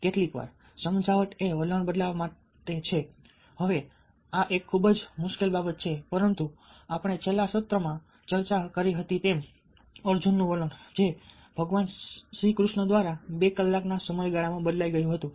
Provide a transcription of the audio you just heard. કેટલીકવાર સમજાવટ એ વલણ બદલવા વિશે છે હવે આ એક ખૂબ જ મુશ્કેલ બાબત છે પરંતુ આપણે છેલ્લા સત્રમાં ચર્ચા કરી હતી તેમ અર્જુનનું વલણ ભગવાન કૃષ્ણ દ્વારા બે કલાકના સમયગાળામાં બદલાઈ ગયું હતું